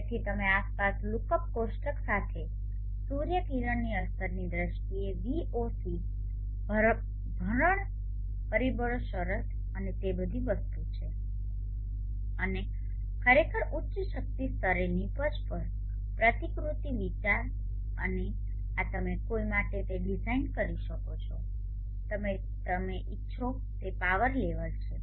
તેથી તમે આસપાસ લૂકઅપ કોષ્ટક સાથે સૂર્ય કિરણની અસરની દ્રષ્ટિએ voc ભરણ પરિબળો શરતો અને તે બધી વસ્તુઓ છે અને ખરેખર ઉચ્ચ શક્તિ સ્તરે નીપજ પર પ્રતિકૃતિ વિચાર અને આ તમે કોઇ માટે તે ડિઝાઇન કરી શકો છો તમે ઇચ્છો તે પાવર લેવલ છે